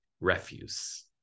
refuse